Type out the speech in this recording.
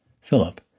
Philip